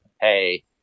Hey